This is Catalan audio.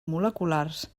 moleculars